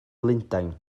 lundain